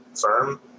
firm